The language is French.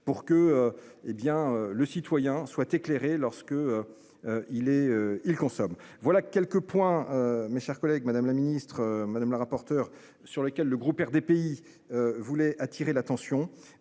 hé bien le citoyen soit éclairé lorsque. Il est, il consomme voilà quelques points. Mes chers collègues. Madame la ministre madame la rapporteure sur lesquels le groupe RDPI. Voulait attirer l'attention.